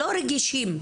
לא רגישים.